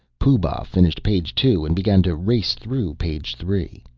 pooh-bah finished page two and began to race through page three.